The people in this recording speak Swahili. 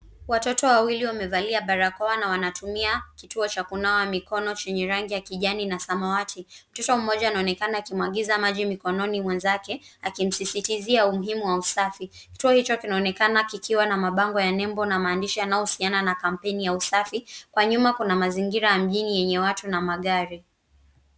Watoto wawili wakiwa wamevaa barakoa na wanatumia kituo cha kunawa mikono chenye rangi ya kijani na samawati. Mtoto mmoja anaonekana akimwagiza maji mikononi mwenzake akimsisitizia umuhimu wa usafi. Kituo hicho kinaonekana kikiwa na mabango ya nembo na maandishi yanayohusiana na kampeni usafi. Kwa nyuma kuna mazingira ya mjini yenye watu na magari.